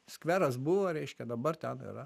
skveras buvo reiškia dabar ten yra